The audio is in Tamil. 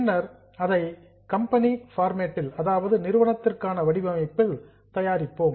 பின்னர் அதை கம்பெனி ஃபார்மேட் நிறுவனத்திற்கான வடிவமைப்பில் தயாரிப்போம்